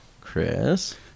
Chris